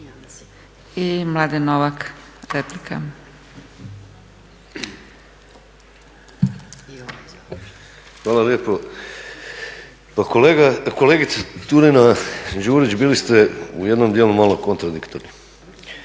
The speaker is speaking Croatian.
- Stranka rada)** Hvala lijepo. Pa kolegice Turina-Đurić bili ste u jednom dijelu malo kontradiktorni.